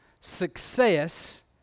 success